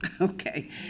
Okay